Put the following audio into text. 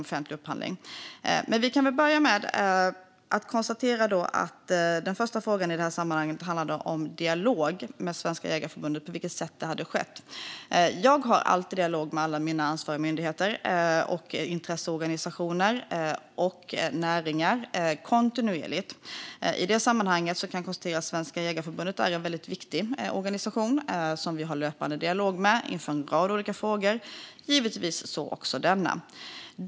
Vi kan börja med att konstatera att den första frågan i detta sammanhang handlade om dialogen med Svenska Jägareförbundet och på vilket sätt den skett. Jag har alltid dialog kontinuerligt med alla mina ansvariga myndigheter, intresseorganisationer och näringar. I detta sammanhang kan jag konstatera att Svenska Jägareförbundet är en viktig organisation som vi har löpande dialog med inför en rad olika frågor, givetvis också i denna.